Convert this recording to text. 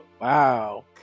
Wow